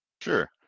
Sure